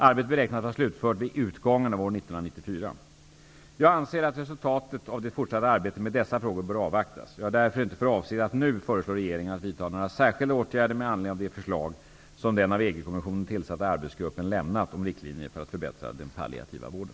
Arbetet beräknas vara slutfört vid utgången av år Jag anser att resultatet av det fortsatta arbetet med dessa frågor bör avvaktas. Jag har därför inte för avsikt att nu föreslå regeringen att vidta några särskilda åtgärder med anledning av de förslag som den av EG-kommissionen tillsatta arbetsgruppen lämnat om riktlinjer för att förbättra den palliativa vården.